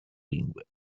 lingue